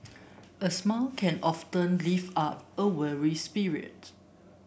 a smile can often lift up a weary spirit